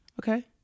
Okay